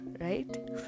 right